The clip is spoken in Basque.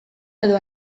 edo